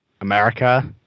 America